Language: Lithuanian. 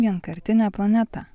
vienkartinė planeta